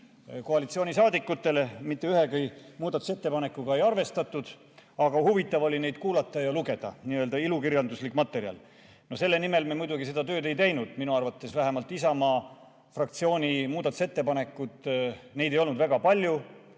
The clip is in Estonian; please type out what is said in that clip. koalitsioonisaadikutele. Mitte ühtegi muudatusettepanekut ei arvestatud, aga huvitav oli neid kuulata ja lugeda – nii-öelda ilukirjanduslik materjal. Selle nimel me muidugi seda tööd ei teinud. Minu arvates vähemalt Isamaa fraktsiooni muudatusettepanekud, mida ei olnud väga palju,